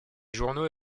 journaux